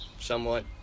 somewhat